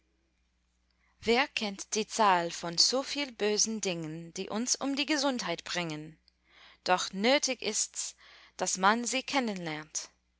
wer kennt die zahl von so viel bösen dingen die uns um die gesundheit bringen doch nötig ists daß man sie